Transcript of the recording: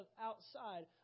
outside